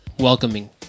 welcoming